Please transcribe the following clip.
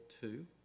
two